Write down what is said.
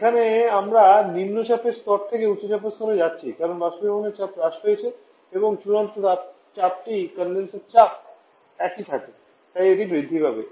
এখানে আমরা নিম্নচাপের স্তর থেকে উচ্চচাপের স্তরে যাচ্ছি কারণ বাষ্পীভবনের চাপ হ্রাস পেয়েছে এবং চূড়ান্ত চাপটি কনডেনসার চাপ একই থাকে তাই এটি বৃদ্ধি পাবে